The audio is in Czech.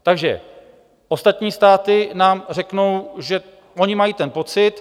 Takže ostatní státy nám řeknou, že oni mají ten pocit.